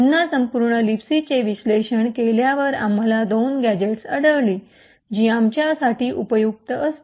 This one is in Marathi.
पुन्हा संपूर्ण लिबसीचे विश्लेषण केल्यावर आम्हाला दोन गॅझेट्स आढळली जी आमच्यासाठी उपयुक्त असतील